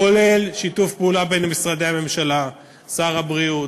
כולל שיתוף פעולה בין משרדי הממשלה: שר הבריאות,